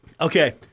Okay